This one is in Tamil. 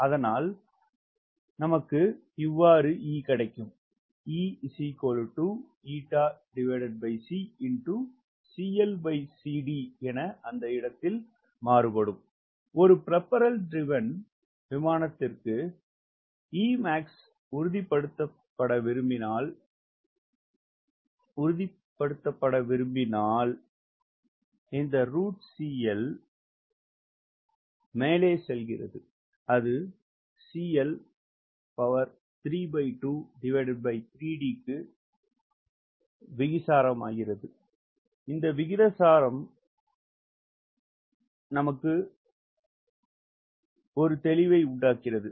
அதனால் ஸ்லைடு நேரத்தைப் பார்க்கவும் 0344 ஒரு பிரோபிஎல்லர் திரிவேன் விமானத்திற்கு Emax உறுதிப்படுத்த விரும்பினால் இந்த மேலே செல்கிறது அது க்கு விகிதாசாரமாகிறது